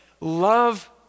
love